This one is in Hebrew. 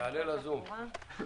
שיעלה לזום.